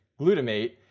glutamate